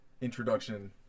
introduction